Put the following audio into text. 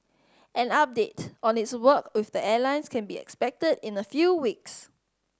an update on its work with the airlines can be expected in a few weeks